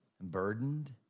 burdened